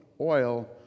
oil